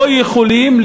לא יכולים,